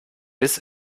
biss